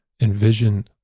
envision